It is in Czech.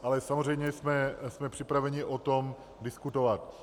Ale samozřejmě jsme připraveni o tom diskutovat.